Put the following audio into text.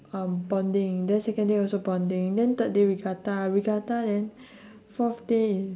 um bonding then second day also bonding then third day regatta regatta then fourth day is